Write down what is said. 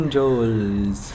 Angels